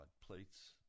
plates